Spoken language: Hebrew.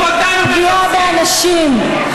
פגיעה באנשים,